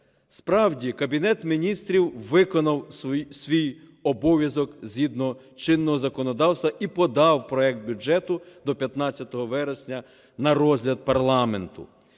Справді, Кабінет Міністрів виконав свій обов'язок згідно чинного законодавства і подав проект бюджету до 15 вересня на розгляд парламенту.